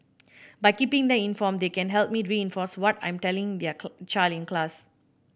by keeping them informed they can help me reinforce what I'm telling their child in class